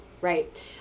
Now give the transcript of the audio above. Right